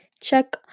Check